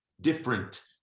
different